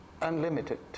unlimited